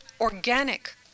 organic